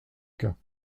cas